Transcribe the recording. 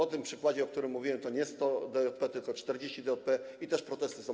W tym przykładzie, o którym mówiłem, to nie jest 100 DJP, tylko 40 DJP, i też protesty są.